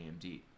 amd